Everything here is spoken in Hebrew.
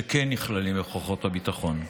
שכן נכללים בכוחות הביטחון.